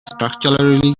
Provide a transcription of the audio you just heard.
structurally